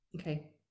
Okay